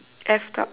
effed up